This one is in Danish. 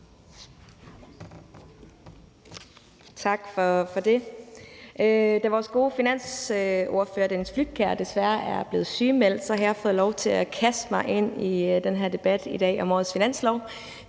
Tak for det. Da vores gode finansordfører, Dennis Flydtkjær, desværre er blevet sygemeldt, har jeg fået lov til at kaste mig ind i den her debat om årets finanslov